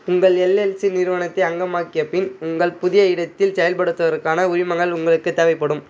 உங்கள் எல்எல்சி நிறுவனத்தை அங்கமாக்கிய பின் உங்கள் புதிய இடத்தில் செயல்படுவதற்கான உரிமங்கள் உங்களுக்குத் தேவைப்படும்